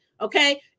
okay